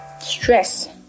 stress